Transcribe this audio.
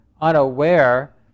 unaware